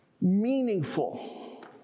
meaningful